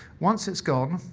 once it's gone,